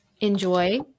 enjoy